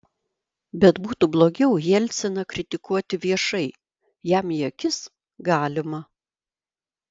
bet būtų blogiau jelciną kritikuoti viešai jam į akis galima